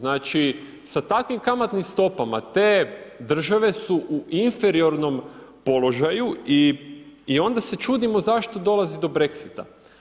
Znači sa takvim kamatnim stopama te države su u inferiornom položaju i onda se čudimo zašto dolazi do Brexita.